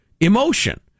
emotion